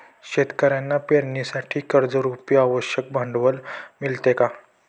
शेतकऱ्यांना पेरणीसाठी कर्जरुपी आवश्यक भांडवल मिळते का?